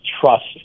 trust